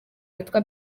witwa